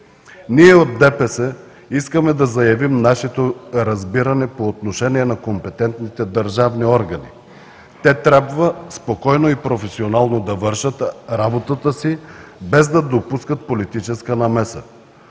Ние от ДПС искаме да заявим нашето разбиране по отношение на компетентните държавни органи. Те трябва спокойно и професионално да вършат работата си, без да допускат политическа намеса.